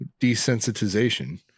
desensitization